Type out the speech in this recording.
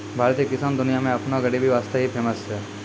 भारतीय किसान दुनिया मॅ आपनो गरीबी वास्तॅ ही फेमस छै